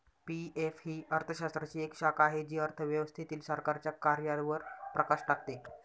PF ही अर्थशास्त्राची एक शाखा आहे जी अर्थव्यवस्थेतील सरकारच्या कार्यांवर प्रकाश टाकते